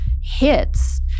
hits